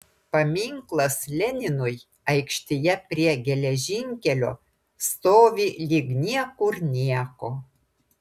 paminklas leninui aikštėje prie geležinkelio stovi lyg niekur nieko